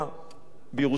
בירושלים הבנויה",